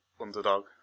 underdog